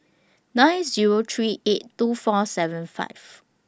nine Zero three eight two four seven five